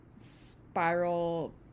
spiral